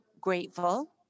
grateful